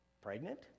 pregnant